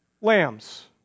lambs